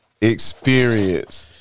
experience